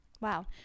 wow